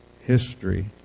history